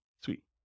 Sweet